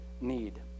need